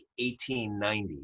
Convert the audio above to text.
1890